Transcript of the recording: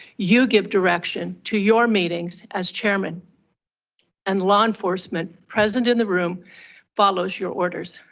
you give direction to your meetings as chairman and law enforcement present in the room follows your orders.